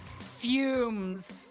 fumes